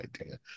idea